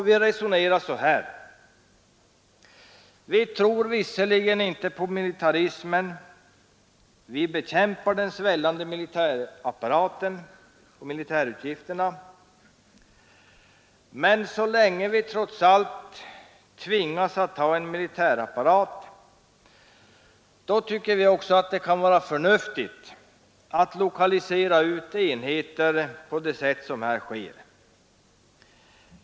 Vi resonerar så här: Vi tror visserligen inte på militarismen och vi bekämpar de svällande militärutgifterna, men så länge vi trots allt tvingas ha en militärapparat kan det vara förnuftigt att lokalisera ut enheter på det sätt som här sker.